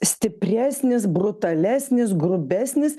stipresnis brutalesnis grubesnis